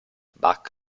bach